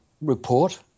report